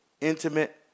intimate